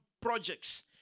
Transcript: projects